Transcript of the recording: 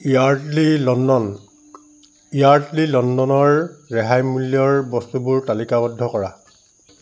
Yardley London Yardley লণ্ডণৰ ৰেহাই মূল্যৰ বস্তুবোৰ তালিকাবদ্ধ কৰা